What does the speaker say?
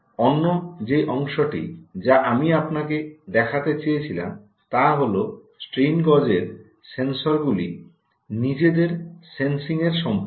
অন্য যে অংশটি যা আমি আপনাকে দেখাতে চেয়েছিলাম তা হল স্ট্রেইন গজের সেন্সরগুলির নিজেদের সেন্সিং এর সম্পর্কে